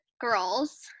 girls